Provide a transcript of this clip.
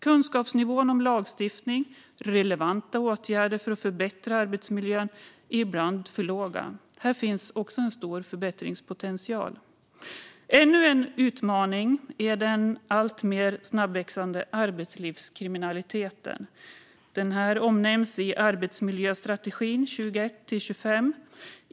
Kunskapsnivån om lagstiftning och relevanta åtgärder för att förbättra arbetsmiljön är ibland för låg. Här finns också en stor förbättringspotential. Ännu en utmaning är den alltmer snabbväxande arbetslivskriminaliteten. Denna omnämns i arbetsmiljöstrategin för 2021-2025.